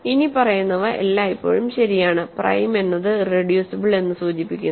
ഇനിപ്പറയുന്നവ എല്ലായ്പ്പോഴും ശരിയാണ് പ്രൈം എന്നത് ഇറെഡ്യൂസിബിൾ എന്ന് സൂചിപ്പിക്കുന്നു